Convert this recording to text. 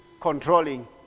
controlling